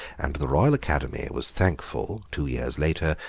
and the royal academy was thankful, two years later,